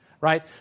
right